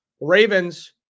Ravens